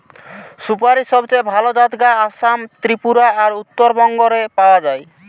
সুপারীর সবচেয়ে ভালা জাত গা আসাম, ত্রিপুরা আর উত্তরবঙ্গ রে পাওয়া যায়